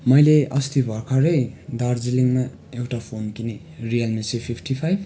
मैले अस्ति भर्खरै दार्जिलिङमा एउटा फोन किनेँ रियलमी सी फिफ्टी फाइभ